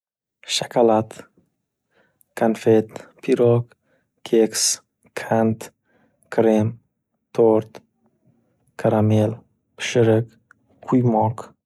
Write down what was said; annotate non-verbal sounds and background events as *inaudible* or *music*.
Shakolad, konfet, pirog, keks, qand, krem, tort, karamel, pishiriq, quymoq. *noise*